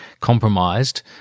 compromised